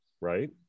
right